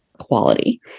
quality